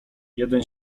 jeden